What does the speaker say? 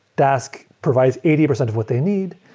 dask provide eighty percent of what they need.